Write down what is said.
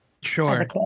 Sure